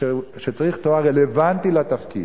שצריך תואר רלוונטי לתפקיד.